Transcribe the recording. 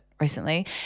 recently